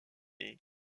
est